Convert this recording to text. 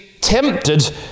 tempted